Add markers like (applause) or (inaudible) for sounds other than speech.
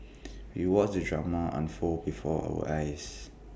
(noise) we watched the drama unfold before our eyes